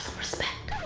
respect!